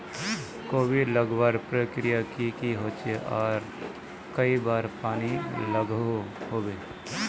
कोबी लगवार प्रक्रिया की की होचे आर कई बार पानी लागोहो होबे?